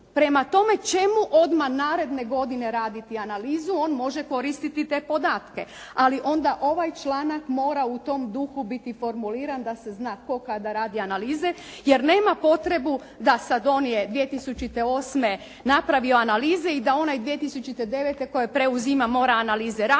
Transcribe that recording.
prema tome čemu odmah naredne godine raditi analizu, on može koristiti te podatke. Ali onda ovaj članak mora u tom duhu biti formuliran da se zna tko kada radi analize, jer nema potrebu da sada on je 2008. napravio analize i da onaj 2009. tko preuzima mora analize raditi